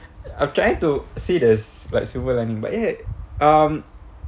I'm trying to see there's like silver lining but ya um